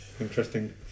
Interesting